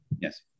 Yes